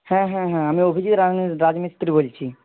হ্যাঁ হ্যাঁ হ্যাঁ আমি অভিজিত রাজমিস্ত্রী বলছি